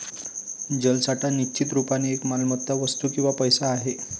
जलसाठा निश्चित रुपाने एक मालमत्ता, वस्तू किंवा पैसा आहे